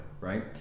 Right